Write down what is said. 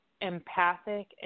empathic